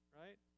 right